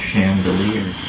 chandelier